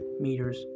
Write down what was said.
meters